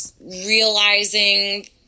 realizing